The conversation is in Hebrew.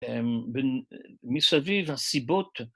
‫מסביב הסיבות...